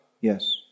Yes